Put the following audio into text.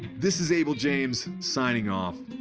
this is abel james signing off.